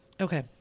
Okay